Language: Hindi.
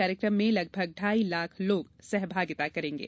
कार्यक्रम में लगभग ढाई लाख लोग सहभागिता करेंगे